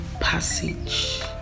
passage